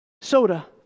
soda